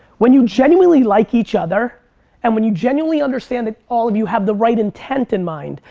when you genuinely like each other and when you genuinely understand that all of you have the right intent in mind,